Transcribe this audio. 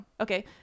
okay